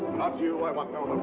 not you, i want no